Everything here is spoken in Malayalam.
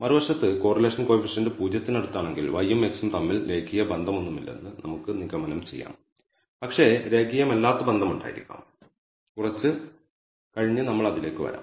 മറുവശത്ത് കോറിലേഷൻ കോയിഫിഷ്യന്റ് 0 ന് അടുത്താണെങ്കിൽ y യും x ഉം തമ്മിൽ രേഖീയ ബന്ധമൊന്നുമില്ലെന്ന് നമുക്ക് നിഗമനം ചെയ്യാം പക്ഷേ രേഖീയമല്ലാത്ത ബന്ധം ഉണ്ടായിരിക്കാം കുറച്ച് കഴിഞ്ഞ് നമ്മൾ അതിലേക്ക് വരാം